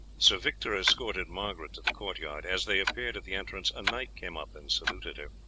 sir victor escorted margaret to the court-yard. as they appeared at the entrance a knight came up and saluted her.